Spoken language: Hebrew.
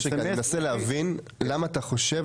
תנסה להבין למה אתה חושב,